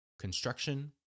construction